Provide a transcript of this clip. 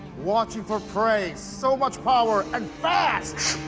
watching for prey. so much power, and fast!